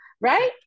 right